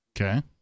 Okay